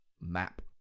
map